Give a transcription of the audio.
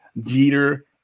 Jeter